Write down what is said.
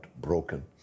broken